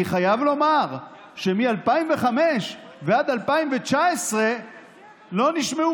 אני חייב לומר שמ-2005 ועד 2019 לא נשמעו